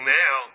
now